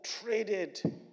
traded